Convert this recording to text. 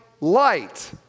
light